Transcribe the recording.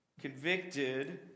convicted